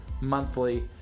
monthly